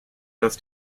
dass